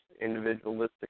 individualistic